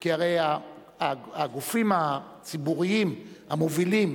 כי הרי הגופים הציבוריים המובילים,